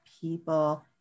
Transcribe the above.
people